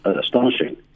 astonishing